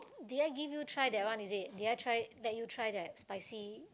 did I give you try that one is it did I try let you try that spicy